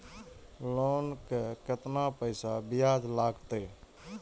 Loan के केतना पैसा ब्याज लागते?